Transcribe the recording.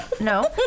No